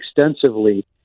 extensively